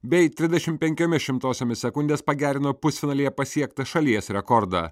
bei trisdešim penkiomis šimtosiomis sekundės pagerino pusfinalyje pasiektą šalies rekordą